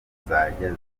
zizajya